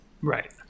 Right